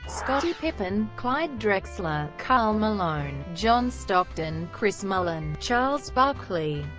scottie pippen, clyde drexler, karl malone, john stockton, chris mullin, charles barkley,